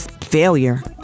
failure